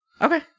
Okay